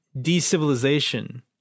de-civilization